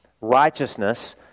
righteousness